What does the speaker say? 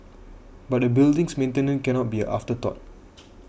but a building's maintenance cannot be afterthought